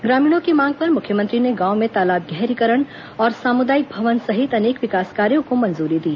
ग्रामीणों की मांग पर मुख्यमंत्री ने गांव में तालाब गहरीकरण और सामुदायिक भवन सहित अनेक विकास कार्यो को मंजूरी दी